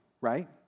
right